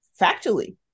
factually